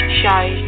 shy